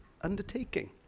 undertaking